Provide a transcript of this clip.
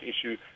issue